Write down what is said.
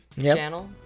channel